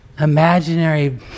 imaginary